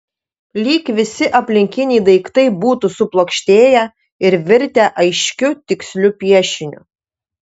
lyg visi aplinkiniai daiktai būtų suplokštėję ir virtę aiškiu tiksliu piešiniu